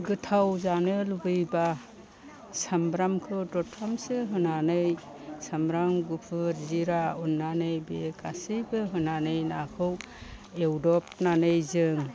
गोथाव जानो लुबैबा सामब्रामखौ दरथामसो होनानै सामब्राम गुफुर जिरा उननानै बे गासैबो होनानै नाखौ एवदबनानै जों